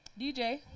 DJ